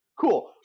cool